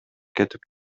кетип